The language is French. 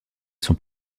sont